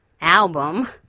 album